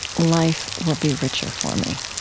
life will be richer for me.